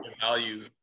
value